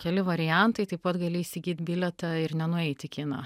keli variantai taip pat gali įsigyt bilietą ir nenueiti į kiną